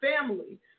family